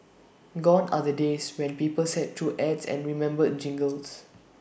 gone are the days when people sat through ads and remembered jingles